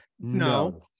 No